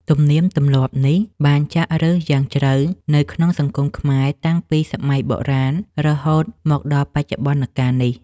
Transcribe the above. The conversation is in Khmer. ទំនៀមទម្លាប់នេះបានចាក់ឫសយ៉ាងជ្រៅនៅក្នុងសង្គមខ្មែរតាំងពីសម័យបុរាណរហូតមកដល់បច្ចុប្បន្នកាលនេះ។